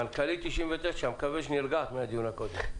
מנכ"לית לובי 99, אני מקווה שנרגעת מהדיון הקודם.